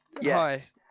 Yes